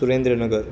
Surendranagar